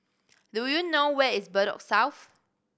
do you know where is Bedok South